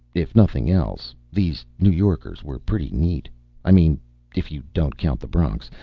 if nothing else, these new yorkers were pretty neat i mean if you don't count the bronx.